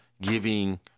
giving